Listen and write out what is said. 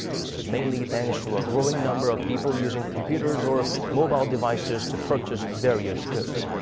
this is mainly thanks to a growing number of people using computers or mobile devices to purchase various goods.